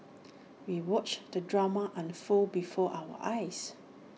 we watched the drama unfold before our eyes